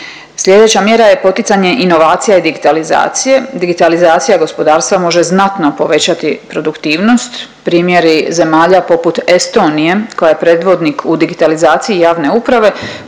Slijedeća mjera je poticanje inovacija i digitalizacije. Digitalizacija gospodarstva može znatno povećati produktivnosti. Primjeri zemalja poput Estonije koja je predvodnik u digitalizaciji javne uprave,